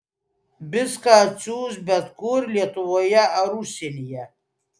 viską atsiųs bet kur lietuvoje ar užsienyje